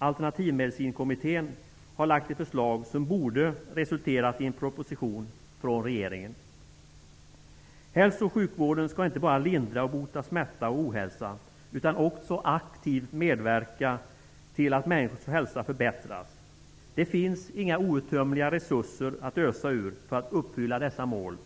Alternativmedicinkommittén har lagt fram ett förslag som borde resulterat i en proposition från regeringen. Hälso och sjukvården skall inte bara lindra och bota smärta och ohälsa, utan också aktivt medverka till att människors hälsa förbättras. Det finns inga outtömliga resurser att ösa ur för att uppfylla dessa mål.